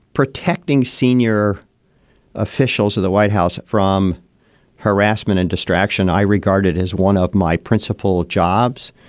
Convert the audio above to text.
protecting senior officials of the white house from harassment and distraction. i regarded as one of my principal jobs,